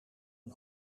een